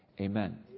amen